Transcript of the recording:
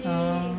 orh